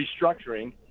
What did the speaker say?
restructuring